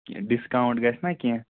discount گژھِ نا کیٚنٛہہ